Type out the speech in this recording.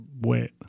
wet